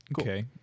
Okay